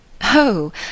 Oh